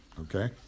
okay